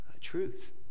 truth